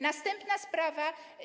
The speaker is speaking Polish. Następna sprawa.